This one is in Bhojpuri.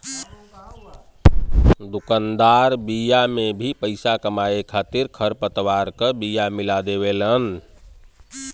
दुकानदार बिया में भी पईसा कमाए खातिर खरपतवार क बिया मिला देवेलन